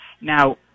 Now